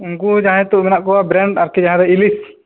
ᱩᱱᱠᱩ ᱡᱟᱦᱟᱭ ᱱᱤᱛᱚᱜ ᱢᱮᱱᱟᱜ ᱠᱚᱭᱟ ᱵᱨᱮᱱᱰ ᱟᱨᱠᱤ ᱡᱟᱦᱟᱸ ᱨᱮ ᱤᱞᱤᱥ